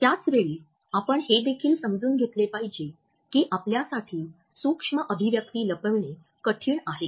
त्याच वेळी आपण हे देखील समजून घेतले पाहिजे की आपल्यासाठी सूक्ष्म अभिव्यक्ती लपविणे कठीण आहे